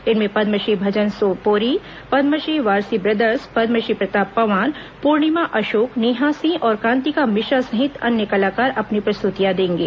इनमें पद्मश्री भजन सोपोरी पद्मश्री वारसी ब्रदर्स पद्मश्री प्रताप पवार पूर्णिमा अशोक नेहा सिंह और कांतिका मिश्रा सहित अन्य कलाकार अपनी प्रस्तृतियां देंगे